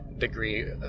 degree